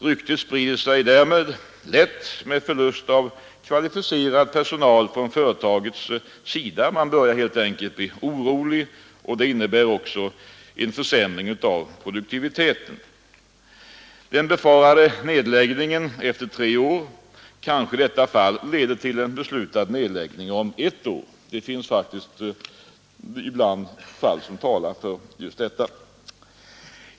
Ryktet sprids därmed lätt och företaget förlorar kvalificerad personal. De anställda en försämring av börjar helt enkelt bli oroliga, och det medför oc produktiviteten. Den befarade nedläggningen efter tre år kanske i detta fall leder till en beslutad nedläggning om ett år. Det finns faktiskt fall som utgör exempel på just detta.